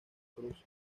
cruz